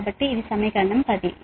కాబట్టి ఇది సమీకరణం 10